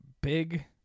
Big